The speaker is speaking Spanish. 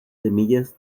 semillas